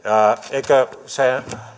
eikö se